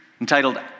entitled